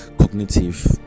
Cognitive